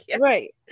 Right